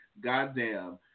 goddamn